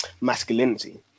masculinity